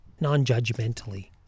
non-judgmentally